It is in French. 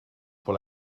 pour